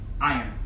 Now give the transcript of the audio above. Iron